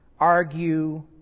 argue